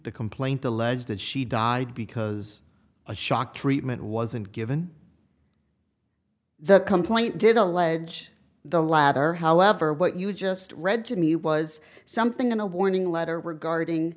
the complaint alleges that she died because a shock treatment wasn't given the complaint did allege the latter however what you just read to me was something in a warning letter regarding